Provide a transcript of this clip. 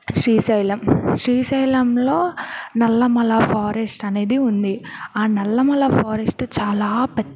శ్రీశైలం శ్రీశైలంలో నల్లమల ఫారెస్ట్ అనేది ఉంది ఆ నల్లమల ఫారెస్ట్ చాలా పెద్ద